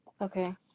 Okay